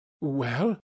Well